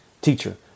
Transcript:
Teacher